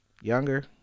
Younger